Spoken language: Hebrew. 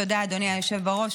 תודה, אדוני היושב בראש.